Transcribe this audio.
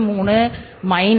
33 1 0